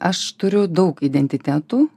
aš turiu daug identitetų